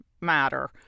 matter